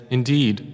Indeed